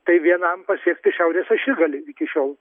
tai vienam pasiekti šiaurės ašigalį iki šiol